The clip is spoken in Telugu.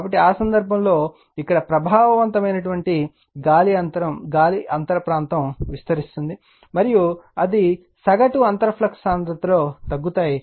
కాబట్టి ఆ సందర్భంలో ఇక్కడ ప్రభావవంతమైన గాలి అంతర ప్రాంతం విస్తరిస్తుంది మరియు అవి సగటు అంతర ఫ్లక్స్ సాంద్రతలో తగ్గుతాయి